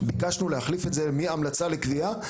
אנחנו ביקשנו להחליף את זה מהמלצה לקביעה,